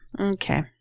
Okay